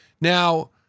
Now